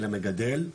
למגדל,